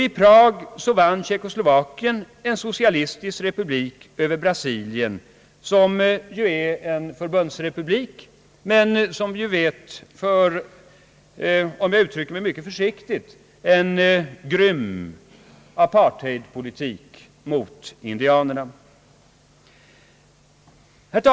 I Prag vann Tjeckoslovakien, en socialistisk republik, över Brasilien, en förbundsrepublik, som vi vet — om jag uttrycker mig mycket försiktigt — för en grym apartheidpolitik mot indianerna.